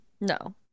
no